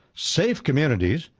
safe communities,